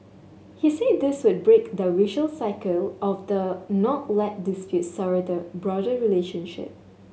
he said this would break the vicious cycle of the not let disputes sour the broader relationship